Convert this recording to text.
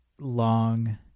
long